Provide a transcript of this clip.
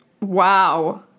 Wow